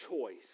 choice